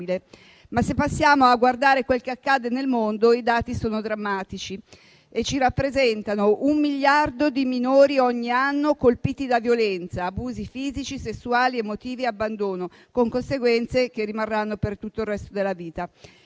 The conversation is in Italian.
se passiamo a guardare quel che accade nel mondo, i dati sono drammatici e ci rappresentano che un miliardo di minori ogni anno è colpito da violenza, abusi fisici, sessuali, emotivi e abbandono, con conseguenze che rimarranno per tutto il resto della vita.